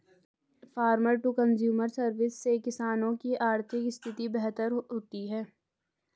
farmer to consumer service से किसानों की आर्थिक स्थिति बेहतर होती है